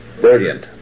brilliant